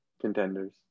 contenders